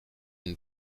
une